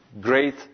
great